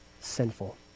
sinful